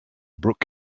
brook